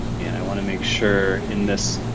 and i wanna make sure in this,